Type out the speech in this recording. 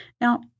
Now